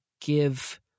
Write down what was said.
give